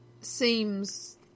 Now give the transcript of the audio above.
seems